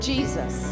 Jesus